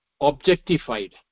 objectified